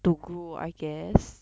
to grow I guess